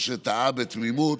או שטעה בתמימות.